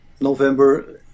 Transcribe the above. November